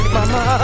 Mama